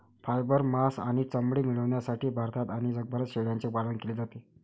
fibre, मांस आणि चामडे मिळविण्यासाठी भारतात आणि जगभरात शेळ्यांचे पालन केले जाते